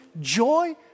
joy